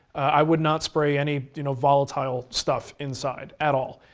i would not spray any you know volatile stuff inside at all.